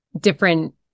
different